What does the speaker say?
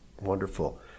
wonderful